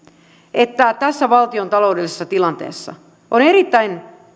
että tässä valtiontaloudellisessa tilanteessa on erittäin